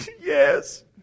yes